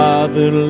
Father